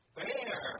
bear